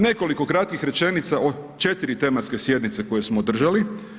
Nekoliko kratkih rečenica o 4 tematske sjednice koje smo održali.